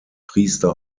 priester